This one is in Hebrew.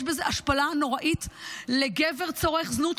יש בזה השפלה נוראית לגבר צורך זנות,